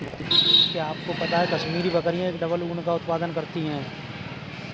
क्या आपको पता है कश्मीरी बकरियां एक डबल ऊन का उत्पादन करती हैं?